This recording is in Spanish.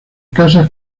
casas